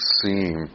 seem